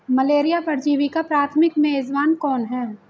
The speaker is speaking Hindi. मलेरिया परजीवी का प्राथमिक मेजबान कौन है?